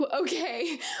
Okay